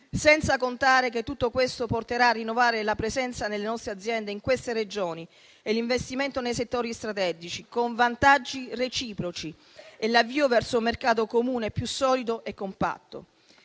senza contare che tutto questo porterà a rinnovare la presenza nelle nostre aziende in queste regioni e l'investimento nei settori strategici, con vantaggi reciproci, e l'avvio verso un mercato comune più solido e compatto.